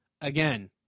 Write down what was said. again